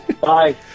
Bye